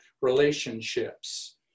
relationships